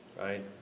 right